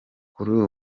kuri